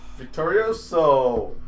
victorioso